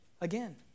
Again